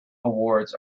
awards